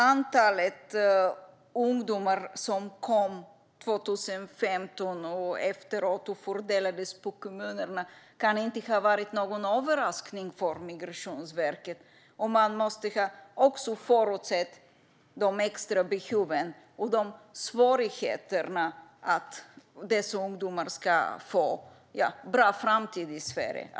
Antalet ungdomar som kom 2015 och fördelades på kommuner kan inte ha varit någon överraskning för Migrationsverket. Man måste ha kunnat förutse de extra behoven och svårigheterna för dessa ungdomar att få en bra framtid i Sverige.